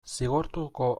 zigortuko